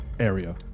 area